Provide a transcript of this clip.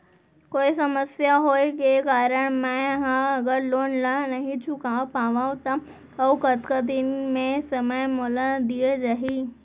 कोई समस्या होये के कारण मैं हा अगर लोन ला नही चुका पाहव त अऊ कतका दिन में समय मोल दीये जाही?